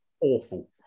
awful